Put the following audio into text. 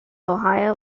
ohio